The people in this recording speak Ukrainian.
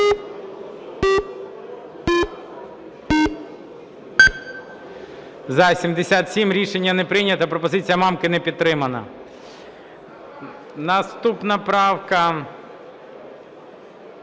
За-77 Рішення не прийнято. Пропозиція Мамки не підтримана. Наступна правка,